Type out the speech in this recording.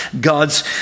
God's